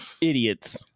idiots